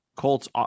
Colts